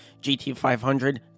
GT500